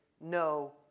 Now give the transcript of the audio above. no